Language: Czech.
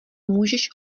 můžeš